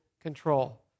control